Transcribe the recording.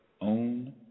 own